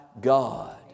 God